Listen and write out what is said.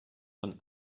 von